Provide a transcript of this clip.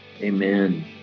Amen